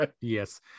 Yes